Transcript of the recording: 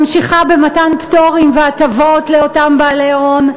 ממשיכה במתן פטורים והטבות לאותם בעלי הון,